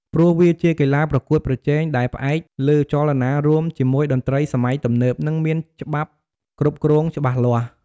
ព្រោះវាជាកីឡាប្រកួតប្រជែង ដែលផ្អែកលើចលនារួមជាមួយតន្ត្រីសម័យទំនើប និងមានច្បាប់គ្រប់គ្រងច្បាស់លាស់។